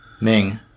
Ming